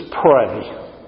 pray